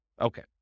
Okay